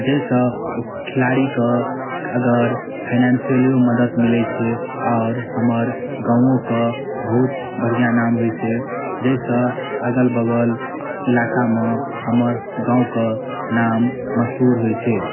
जाहिसँ ओ खेलाड़ीके अगर फाइनेन्शिअलो मदति मिलै छै आओर हमर गामोके बहुत बढ़िआँ नाम होइ से जाहिसँ अगल बगल इलाकामे हमर गामके नाम मशहूर होइ छै